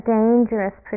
dangerous